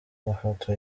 mafoto